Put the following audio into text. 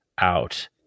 out